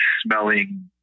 smelling